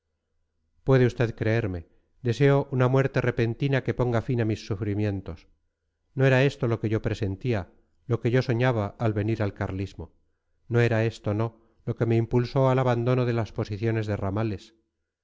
puede usted creerme deseo una muerte repentina que ponga fin a mis sufrimientos no era esto lo que yo presentía lo que yo soñaba al venir al carlismo no era esto no lo que me impulsó al abandono de las posiciones de ramales